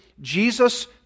Jesus